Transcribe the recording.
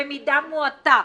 במידה מועטה,